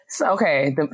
Okay